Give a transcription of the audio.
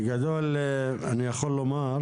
בגדול אני יכול לומר,